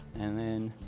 and then.